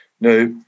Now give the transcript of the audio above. Now